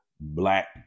black